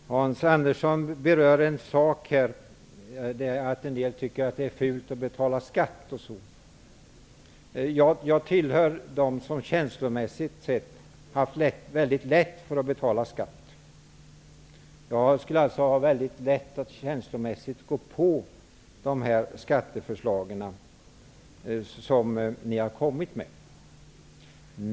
Herr talman! Hans Andersson berörde att en del tycker att det är fult att betala skatt. Jag tillhör dem som känslomässigt sett har haft mycket lätt att betala skatt. Jag skulle alltså känslomässigt ha väldigt lätt att gå på de skatteförslag som ni har presenterat.